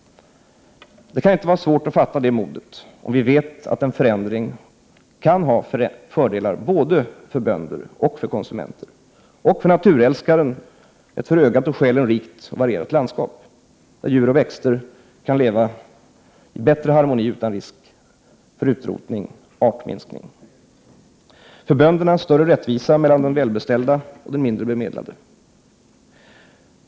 Det bör inte vara svårt att fatta mod när vi vet att en förändring kan ge fördelar både för bönder och konsumenter. Det skulle ge naturälskaren ett för ögat och själen rikt och varierat landskap där djur och växter kan leva i bättre harmoni utan risk för utrotning och artminskning. För böndernas del skulle en förändring innebära en större rättvisa mellan de välbeställda och de mindre bemedlade.